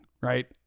right